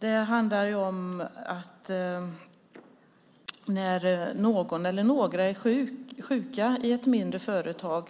Det handlar om att när någon eller några är sjuka i ett mindre företag